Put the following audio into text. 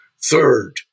Third